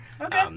Okay